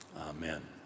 Amen